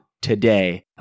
today